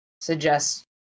suggest